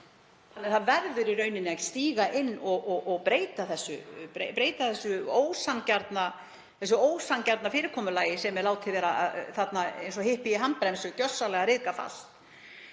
Það verður í rauninni að stíga inn og breyta því ósanngjarna fyrirkomulagi sem er látið vera þarna eins og hippi í handbremsu, gjörsamlega ryðgað fast.